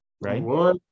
Right